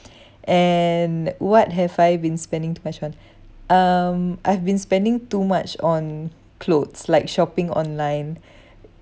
and what have I been spending too much on um I've been spending too much on clothes like shopping online